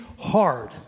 hard